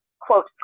quote